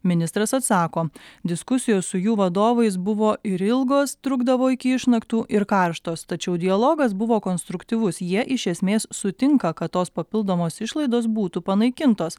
ministras atsako diskusijos su jų vadovais buvo ir ilgos trukdavo iki išnaktų ir karštos tačiau dialogas buvo konstruktyvus jie iš esmės sutinka kad tos papildomos išlaidos būtų panaikintos